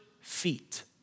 feet